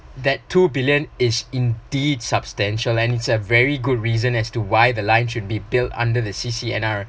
that two billion is indeed substantial and it's a very good reason as to why the line should be built under the C_C_N_R